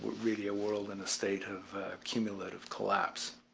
really a world in a state of cumulative collapse.